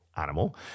animal